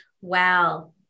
wow